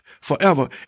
forever